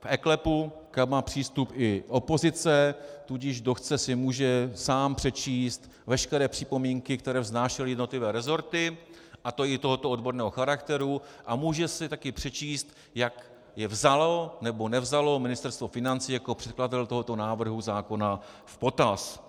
v eKLEPu, kam má přístup i opozice, tudíž kdo chce, si může sám přečíst veškeré připomínky, které vznášely jednotlivé rezorty, a to i tohoto odborného charakteru, a může si také přečíst, jak je vzalo, nebo nevzalo Ministerstvo financí jako předkladatel tohoto návrhu zákona v potaz.